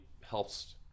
helps